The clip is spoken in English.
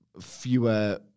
fewer